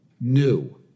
new